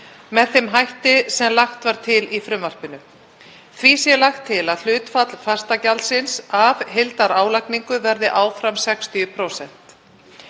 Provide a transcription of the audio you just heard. með þeim hætti sem lagt var til í frumvarpinu, því sé lagt til að hlutfall fastagjaldsins af heildarálagningu verði áfram 60%.